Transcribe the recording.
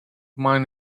mine